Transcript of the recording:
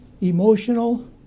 emotional